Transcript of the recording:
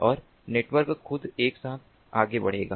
और नेटवर्क खुद एक साथ आगे बढ़ेगा